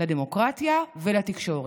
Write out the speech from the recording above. לדמוקרטיה ולתקשורת.